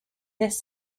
this